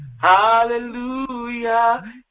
hallelujah